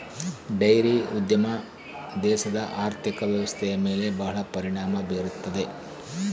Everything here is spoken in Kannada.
ಡೈರಿ ಉದ್ಯಮ ದೇಶದ ಆರ್ಥಿಕ ವ್ವ್ಯವಸ್ಥೆಯ ಮೇಲೆ ಬಹಳ ಪರಿಣಾಮ ಬೀರುತ್ತದೆ